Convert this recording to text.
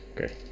Okay